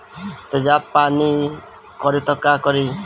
तेजाब पान करी त का करी?